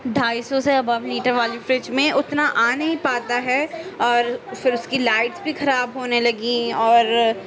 ڈھائی سو سے ابو والی فریج میں اتنا آ نہیں پاتا ہے اور پھر اس کی لائف بھی خراب ہونے لگی اور